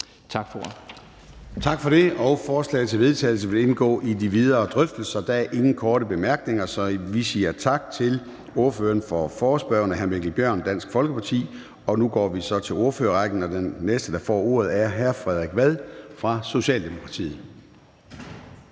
Tak for det. Forslaget til vedtagelse vil indgå i de videre drøftelser. Der er ingen korte bemærkninger, så vi siger tak til ordføreren for forespørgerne, hr. Mikkel Bjørn, Dansk Folkeparti. Nu går vi så til ordførerrækken, og den næste, der får ordet, er hr. Frederik Vad fra Socialdemokratiet.